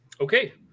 Okay